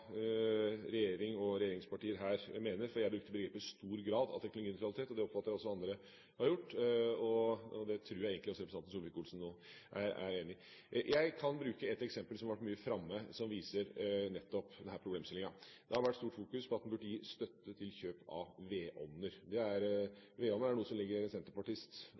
regjering og regjeringspartier her mener, for jeg brukte uttrykket «stor grad av teknologinøytralitet», og det oppfatter jeg at også andre har gjort. Det tror jeg egentlig også representanten Solvik-Olsen er enig i. Jeg kan bruke et eksempel som har vært mye framme, som viser nettopp denne problemstillingen. Det har vært stort fokus på at en burde gi støtte til kjøp av vedovner. Vedovner er noe som ligger en senterpartist